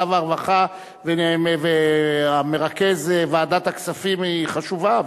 והרווחה ומרכז ועדת הכספים היא חשובה.